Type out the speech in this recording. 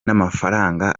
n’amafaranga